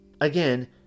Again